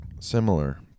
Similar